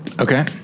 Okay